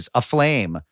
aflame